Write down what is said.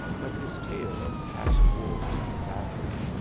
but his tales of past wars and battles,